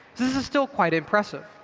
this is still quite impressive.